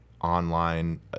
online